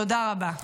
תודה רבה.